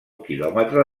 quilòmetre